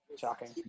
Shocking